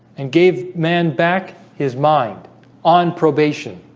and gave man back his mind on probation